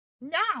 now